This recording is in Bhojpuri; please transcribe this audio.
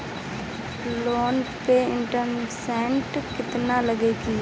लोन पे इन्टरेस्ट केतना लागी?